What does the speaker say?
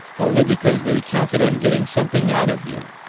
only because they counted on getting something out of you.